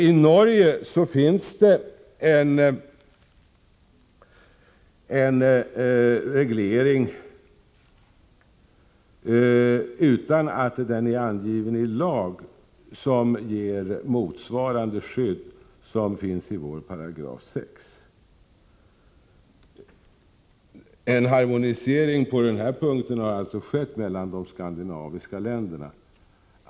I Norge finns det en reglering som, utan att den är angiven i lag, ger motsvarande skydd som finnsi vår 6 §. En harmonisering på den här punkten har alltså skett mellan de skandinaviska länderna.